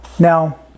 Now